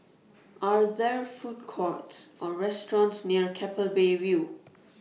Are There Food Courts Or restaurants near Keppel Bay View